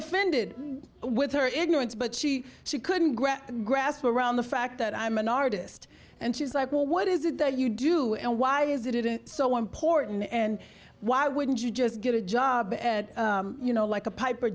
offended with her ignorance but she she couldn't grasp grasp around the fact that i'm an artist and she's like well what is it that you do and why is it it is so important and why wouldn't you just get a job you know like a piper